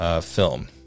film